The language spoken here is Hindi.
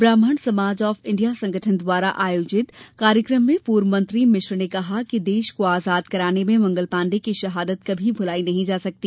ब्राम्हण समाज ऑफ इण्डिया संगठन द्वारा आयोजित कार्यक्रम में पूर्व मंत्री मिश्र ने कहा कि देश को आजाद कराने में मंगल पाण्डे की शहादत कभी भूलाई नहीं जा सकती